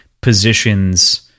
positions